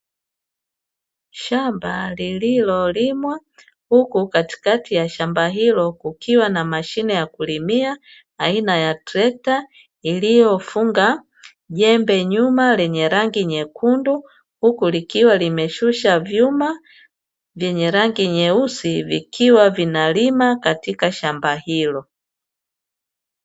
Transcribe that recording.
Shamba lililolimwa huku katikati ya shamba hilo kukiwa na mashine ya kulimia aina ya trekta iliyo funga jembe nyuma lenye rangi nyekundu. Huku likiwa limeshusha vyuma vyenye rangi nyeusi vikiwa vinalima katika shamba hilo.